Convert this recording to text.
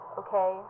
okay